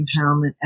empowerment